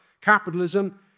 capitalism